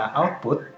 output